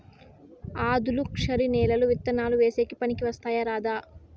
ఆధులుక్షరి నేలలు విత్తనాలు వేసేకి పనికి వస్తాయా రాదా?